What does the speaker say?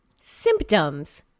Symptoms